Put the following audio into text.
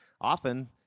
Often